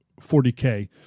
40K